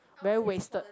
very wasted